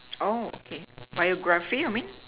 oh okay biography you mean